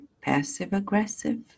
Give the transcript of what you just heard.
passive-aggressive